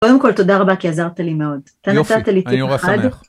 קודם כל תודה רבה כי עזרת לי מאוד, אתה נתת לי טיפ אחד.